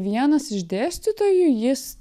vienas iš dėstytojų jis